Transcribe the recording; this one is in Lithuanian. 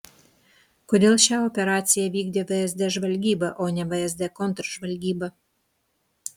kodėl šią operaciją vykdė vsd žvalgyba o ne vsd kontržvalgyba